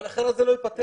אחרת זה לא ייפתר.